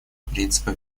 принципа